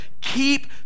Keep